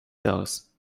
jahres